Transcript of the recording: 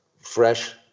fresh